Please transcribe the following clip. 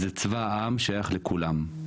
זה צבא העם, שייך לכולם.